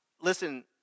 Listen